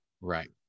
Right